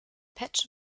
patch